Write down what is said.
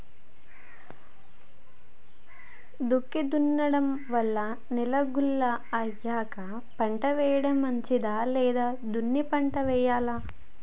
దుక్కి దున్నడం వల్ల నేల గుల్ల అయ్యాక పంట వేయడం మంచిదా లేదా దున్ని పంట వెయ్యాలా?